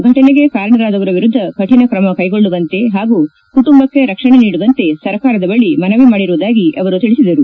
ಘಟನೆಗೆ ಕಾರಣರಾದವರ ವಿರುದ್ಲ ಕಠಣ ಕ್ರಮ ಕೈಗೊಳ್ಳುವಂತೆ ಹಾಗೂ ಕುಟುಂಬಕ್ಕೆ ರಕ್ಷಣೆ ನೀಡುವಂತೆ ಸರ್ಕಾರದ ಬಳಿ ಮನವಿ ಮಾಡಿರುವುದಾಗಿ ತಿಳಿಸಿದರು